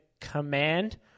command